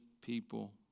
people